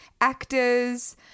actors